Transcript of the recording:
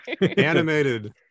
Animated